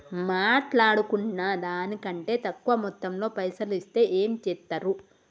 మాట్లాడుకున్న దాని కంటే తక్కువ మొత్తంలో పైసలు ఇస్తే ఏం చేత్తరు?